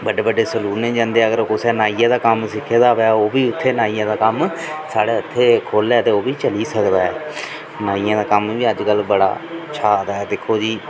बड्डे बड्डे सैलूने जंदे अगर कुसै नाइया दा कम्म सिक्खे दा होऐ उब्भी इत्थै नाइया दा कम्म साढ़े इत्थै खोह्ल्ले ते ओह् बी चली सकदा नाइया दा कम्म बी अजकल बड़ा शा करदा ऐ दिक्खो जी